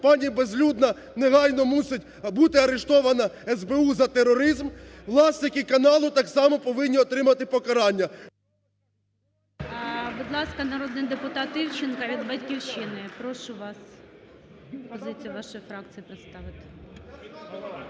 пані Безлюдна негайно мусить бути арештована СБУ за тероризм. Власники каналу так само повинні отримати покарання... ГЕРАЩЕНКО І.В. Будь ласка, народний депутат Івченко від "Батьківщини". Прошу вас, позицію вашої фракції представте.